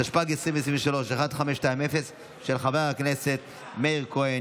התשפ"ג 2023, 1520/25, של חבר הכנסת מאיר כהן.